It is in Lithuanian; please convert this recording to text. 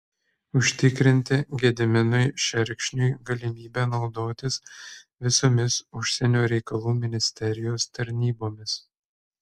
užtikrinti gediminui šerkšniui galimybę naudotis visomis užsienio reikalų ministerijos tarnybomis